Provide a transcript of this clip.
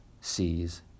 sees